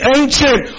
ancient